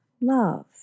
love